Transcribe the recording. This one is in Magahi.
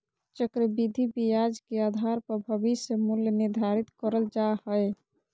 चक्रविधि ब्याज के आधार पर भविष्य मूल्य निर्धारित करल जा हय